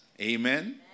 amen